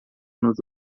nos